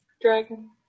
Dragon